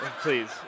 Please